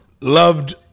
loved